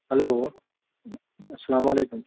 hello السلام علیکم